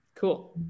cool